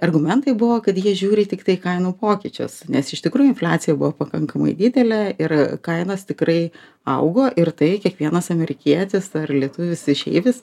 argumentai buvo kad jie žiūri tiktai į kainų pokyčius nes iš tikrųjų infliacija buvo pakankamai didelė ir kainos tikrai augo ir tai kiekvienas amerikietis ar lietuvis išeivis